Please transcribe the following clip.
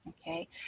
Okay